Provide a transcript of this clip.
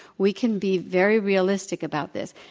we can be very realistic about this.